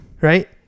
right